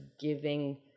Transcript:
giving